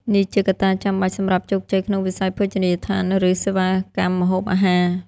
នេះជាកត្តាចាំបាច់សម្រាប់ជោគជ័យក្នុងវិស័យភោជនីយដ្ឋាន ឬសេវាកម្មម្ហូបអាហារ។